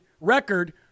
record